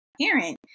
parent